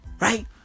Right